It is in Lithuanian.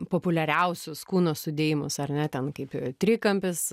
populiariausius kūno sudėjimas ar ne ten kaip trikampis